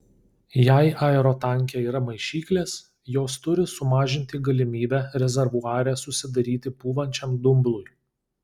jei aerotanke yra maišyklės jos turi sumažinti galimybę rezervuare susidaryti pūvančiam dumblui